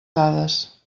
dades